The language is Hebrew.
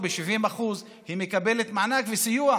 ב-70% מקבלת מענק וסיוע,